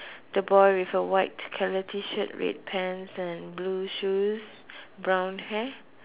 the boy with a white color T shirt red pants and blue shoes brown hair